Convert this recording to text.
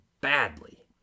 badly